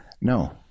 No